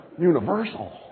Universal